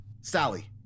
Sally